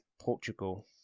Portugal